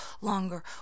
longer